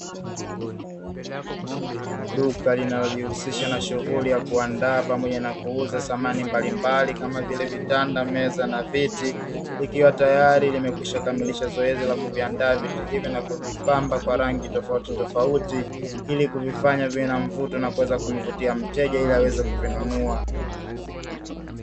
Duka linalojihusisha na shughuli ya kuuza na kuandaa samani mbalimbali kama vile; vitanda, meza pamoja na viti. Likiwa tayari limekwisha ukamilisha zoezi la kuandaa viti hivyo na kuvipamba kwa rangi tofautitofauti, ili kuvifanya kuwa na mvuto ili mteja aweze kununua.